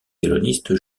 violoniste